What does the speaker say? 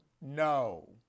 No